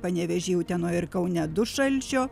panevėžy utenoj ir kaune du šalčio